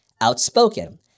outspoken